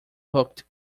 hooked